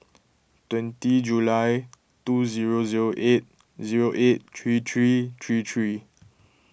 twenty July two zero zero eight zero eight three three three three